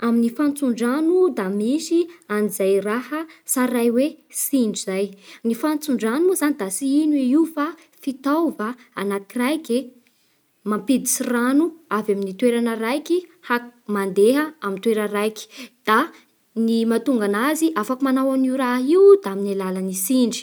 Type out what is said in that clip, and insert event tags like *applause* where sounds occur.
Amin'ny fantson-drano da misy an'izay raha tsaray hoe tsindry izay. Ny fantson-drano moa da tsy ino i io fa fitaova anakiraiky e mampiditsy rano avy amin'ny toerana raiky ha- mandeha amin'ny toera raiky da *hesitation* ny mahatonga anazy afaky manao an'io raha io da amin'ny alalan'ny tsindry.